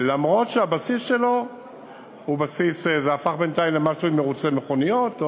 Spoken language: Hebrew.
אף שהבסיס הזה בינתיים הפך למשהו עם מירוצי מכוניות.